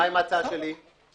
מה עם ההצעה שלי?